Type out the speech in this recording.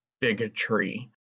bigotry